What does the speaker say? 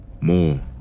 more